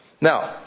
Now